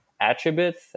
attributes